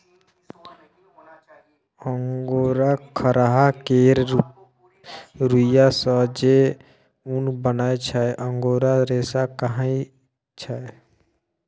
angora खरहा केर रुइयाँ सँ जे उन बनै छै अंगोरा रेशा कहाइ छै